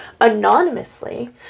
anonymously